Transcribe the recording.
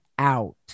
out